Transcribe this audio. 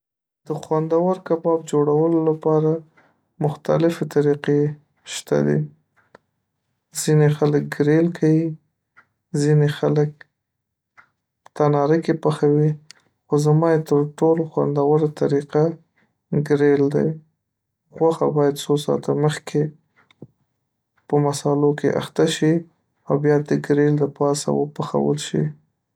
د خوندو کباب جوړو دپاره مختلفي طریقي شته دي، ځیني خلک ګریل کوی ځیني خلک په تناره کې پخوي خو زما یی ترټولو خوندوره طریقه ګریل دی. غوښه باید څو ساعته مخکي په مصالحو کې اخته شي او بیا د ګریل دپاسه وپخول شي.